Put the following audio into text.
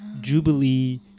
jubilee